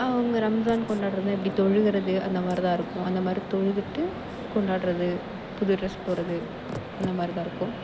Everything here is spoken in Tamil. அவங்க ரம்ஜான் கொண்டாடுறது தொழுகிறது அந்தமாதிரி தான் இருக்கும் அந்தமாதிரி தொழுதுட்டு கொண்டாடுறது புது டிரஸ் போடுறது அந்தமாதிரிதான் இருக்கும்